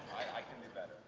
i can do better.